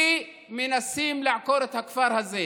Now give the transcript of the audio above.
כי מנסים לעקור את הכפר הזה,